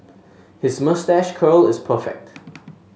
his moustache curl is perfect